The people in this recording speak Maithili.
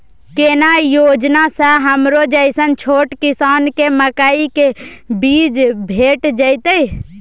केना योजना स हमरो जैसन छोट किसान के मकई के बीज भेट जेतै?